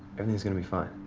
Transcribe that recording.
everything's gonna be fine.